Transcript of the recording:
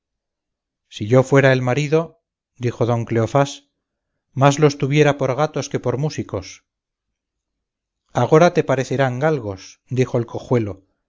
si yo fuera el marido dijo don cleofás más los tuviera por gatos que por músicos agora te parecerán galgos dijo el cojuelo